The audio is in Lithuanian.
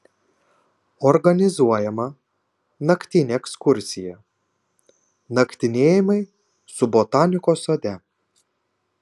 organizuojama naktinė ekskursija naktinėjimai su botanikos sode